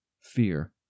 fear